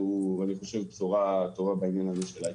ואני חושב שזו בשורה טובה בעניין הזה של היי-טק.